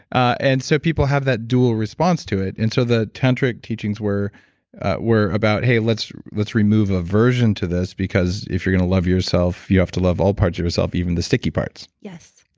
and so people have that dual response to it and so the tantric teachings were were about, hey, let's let's remove aversion to this because if you're going to love yourself you have to love all parts of yourself, even the sticky parts. yes.